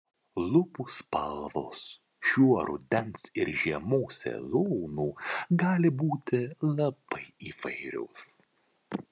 lūpų spalvos šiuo rudens ir žiemos sezonu gali būti labai įvairios